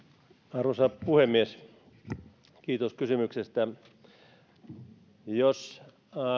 arvoisa puhemies kiitos kysymyksestä jos